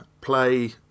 play